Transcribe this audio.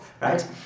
right